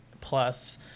plus